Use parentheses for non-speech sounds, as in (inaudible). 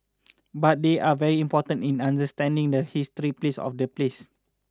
but they are very important in understanding the history (unintelligible) of the place